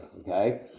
okay